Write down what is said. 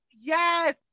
Yes